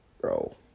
bro